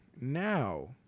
now